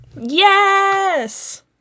Yes